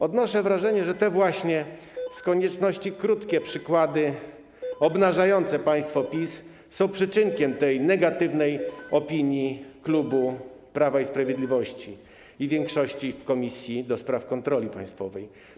Odnoszę wrażenie, że te właśnie z konieczności krótkie przykłady obnażające państwo PiS są przyczynkiem do negatywnej opinii klubu Prawa i Sprawiedliwości i większości w Komisji do Spraw Kontroli Państwowej.